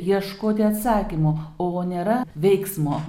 ieškoti atsakymo o nėra veiksmo